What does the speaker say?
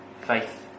Faith